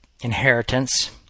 inheritance